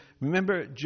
Remember